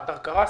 האתר קרס.